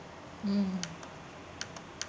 mm